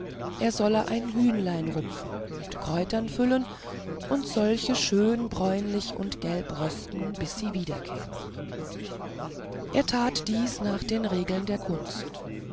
er solle ein hühnlein rupfen mit kräutern füllen und solches schön bräunlich und gelb rösten bis sie wiederkäme er tat dies nach den regeln der kunst